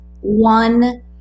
one